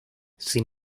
sin